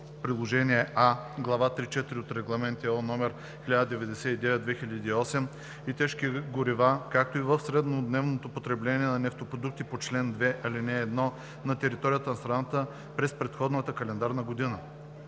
приложение А, глава 3.4 от Регламент (ЕО) № 1099/2008 и тежки горива, както и в среднодневното потребление на нефтопродукти по чл. 2, ал. 1 на територията на страната през предходната календарна година;“.